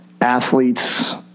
athletes